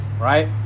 right